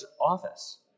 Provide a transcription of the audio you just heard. office